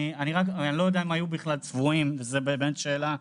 אני לא יודע אם הם היו בכלל צבועים וזה באמת שאלה.